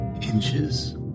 inches